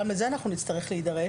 גם על זה אנחנו נצטרך להידרש.